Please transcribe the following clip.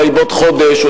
אולי בעוד חודש,